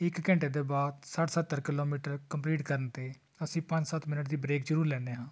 ਇੱਕ ਘੰਟੇ ਤੋਂ ਬਾਅਦ ਸੱਠ ਸੱਤਰ ਕਿਲੋਮੀਟਰ ਕੰਪਲੀਟ ਕਰਨ 'ਤੇ ਅਸੀਂ ਪੰਜ ਸੱਤ ਮਿਨਟ ਦੀ ਬਰੇਕ ਜ਼ਰੂਰ ਲੈਦੇ ਹਾਂ